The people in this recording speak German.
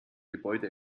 gebäude